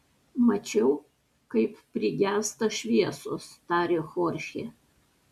mačiau kaip prigęsta šviesos tarė chorchė